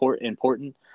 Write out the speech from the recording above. important